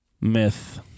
myth